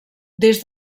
des